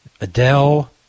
Adele